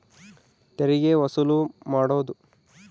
ತೆರಿಗೆ ವಸೂಲು ಮಾಡೋದು